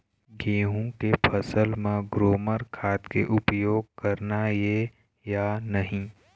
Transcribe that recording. गेहूं के फसल म ग्रोमर खाद के उपयोग करना ये या नहीं?